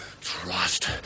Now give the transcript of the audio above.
Trust